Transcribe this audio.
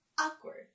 Awkward